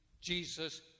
jesus